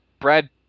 Brad